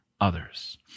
others